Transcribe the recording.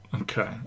Okay